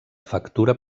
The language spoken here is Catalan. factura